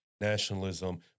nationalism